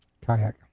kayak